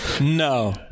No